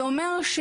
זאת אומרת,